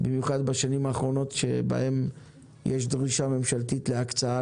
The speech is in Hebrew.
במיוחד בשנים האחרונות שבהן יש דרישה ממשלתית להקצאה